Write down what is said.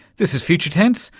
this is future tense,